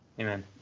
amen